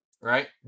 Right